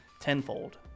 tenfold